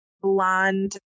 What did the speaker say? blonde